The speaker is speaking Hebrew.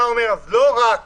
אתה אומר: לא רק